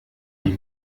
die